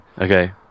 Okay